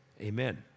Amen